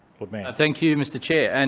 lord mayor thank you, mr chair, and